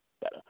Better